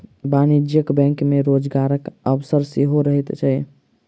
वाणिज्यिक बैंक मे रोजगारक अवसर सेहो रहैत छै